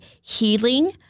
healing